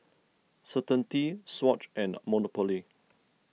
Certainty Swatch and Monopoly